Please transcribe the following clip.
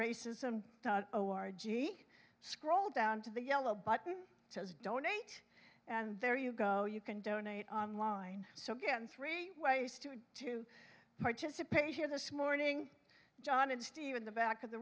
racism oh r g scroll down to the yellow button says donate and there you go you can donate online so again three ways to to participate here this morning john and steve in the back of the